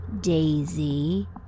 daisy